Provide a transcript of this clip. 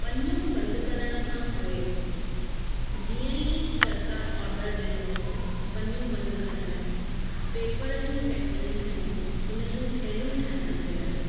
पनियूं बंद करण खां पोइ जीअं ई सरकार ऑडर ॾिनो पनियूं बंदि करण जो पेपर जूं फैक्ट्रीयूं ठहियूं उन जूं थैलियूं ठाहिण जे लाइ